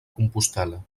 compostel·la